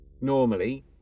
Normally